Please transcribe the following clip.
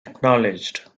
acknowledged